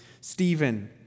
Stephen